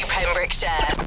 Pembrokeshire